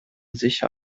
sicher